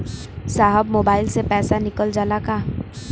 साहब मोबाइल से पैसा निकल जाला का?